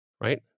right